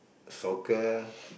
soccer